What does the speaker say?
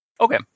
Okay